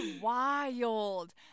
wild